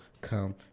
come